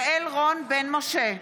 יעל רון בן משה,